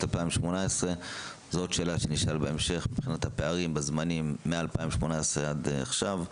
2018. זו עוד שאלה שנשאל בהמשך מבחינת הפערים בזמנים מ-2018 עד עכשיו.